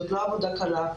זאת לא עבודה קלה,